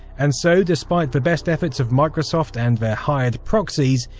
and so, despite the best efforts of microsoft and their hired proxies,